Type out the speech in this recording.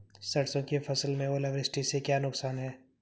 सरसों की फसल में ओलावृष्टि से क्या नुकसान है?